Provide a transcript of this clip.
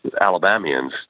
Alabamians